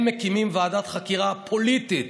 הם מקימים ועדת חקירה פוליטית,